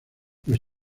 los